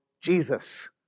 Jesus